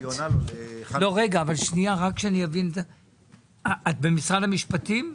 את במשרד המשפטים?